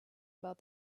about